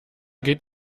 geht